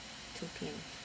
two P_M